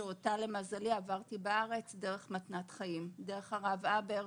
שאותה למזלי עברתי בארץ דרך מתנת חיים דרך הרב הבר,